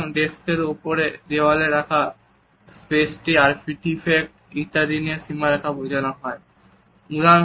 সুতরাং ডেস্কের ওপরে দেওয়ালে রাখা স্পেস আর্টিফাক্ট ইত্যাদি দিয়েও সীমারেখা বোঝানো যায়